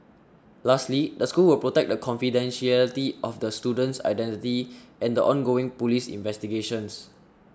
lastly the school will protect the confidentiality of the student's identity and the ongoing police investigations